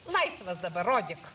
laisvas dabar rodyk